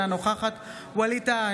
אינה נוכחת ווליד טאהא,